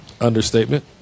Understatement